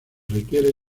requiere